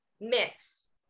myths